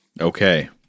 Okay